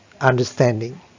understanding